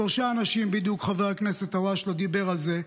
שלושה אנשים בדיוק חבר הכנסת אלהואשלה דיבר על זה,